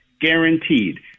guaranteed